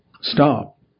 stop